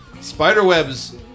Spiderwebs